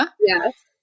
Yes